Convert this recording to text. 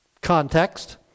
context